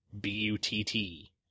B-U-T-T